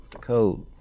Code